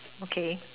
okay